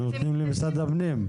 אנחנו נותנים למשרד הפנים.